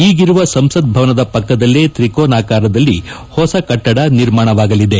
ಈಗಿರುವ ಸಂಸತ್ ಭವನದ ಪಕ್ಕದಲ್ಲೇ ಶ್ರಿಕೋನಾಕಾರದಲ್ಲಿ ಹೊಸ ಕಟ್ಟಡ ನಿರ್ಮಾಣವಾಗಲಿದೆ